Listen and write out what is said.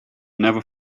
never